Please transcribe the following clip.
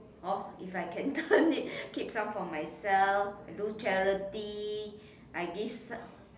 hor if I can turn it keep some for myself do charity I give some